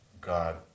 God